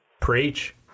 Preach